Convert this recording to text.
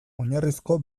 oinarrizko